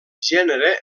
genere